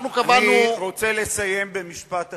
אנחנו קבענו, אני רוצה לסיים במשפט אחד: